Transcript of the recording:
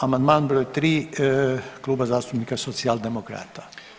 Amandman broj 3. Kluba zastupnika Socijaldemokrata.